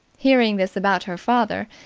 hearing this about her father,